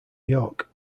york